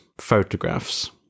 photographs